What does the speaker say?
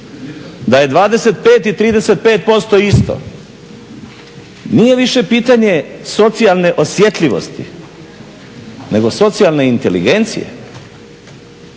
da je 25 i 35% isto nije više pitanje socijalne osjetljivosti nego socijalne inteligencije.